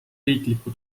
riikliku